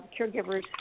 caregivers